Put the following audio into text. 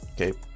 okay